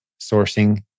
sourcing